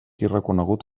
reconegut